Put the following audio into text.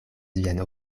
vian